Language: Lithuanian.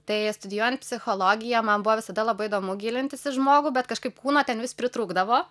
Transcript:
tai studijuojant psichologiją man buvo visada labai įdomu gilintis į žmogų bet kažkaip kūno ten vis pritrūkdavo